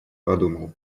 подумал